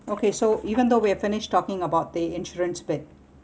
okay so even though we have finished talking about the insurance plan